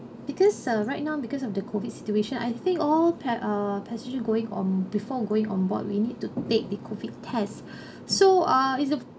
because uh right now because of the COVID situation I think all pa~ uh passenger going on~ before going onboard we need to take the COVID test so ah is the